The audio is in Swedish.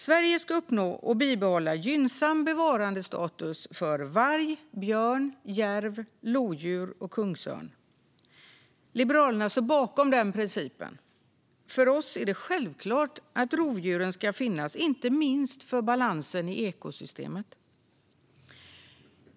Sverige ska uppnå och bibehålla gynnsam bevarandestatus för varg, björn, järv, lodjur och kungsörn. Liberalerna står bakom den principen. För oss är det självklart att rovdjuren ska finnas, inte minst för balansen i ekosystemet.